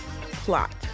plot